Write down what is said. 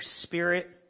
spirit